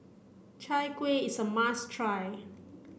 Chai Kuih is a must try